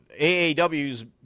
AAW's